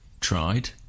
tried